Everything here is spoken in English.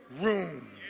room